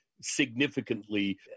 significantly